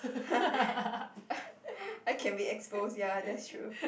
I can be exposed ya that's true